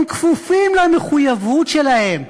הם כפופים למחויבות שלהם,